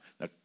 now